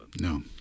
No